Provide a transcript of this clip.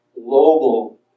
global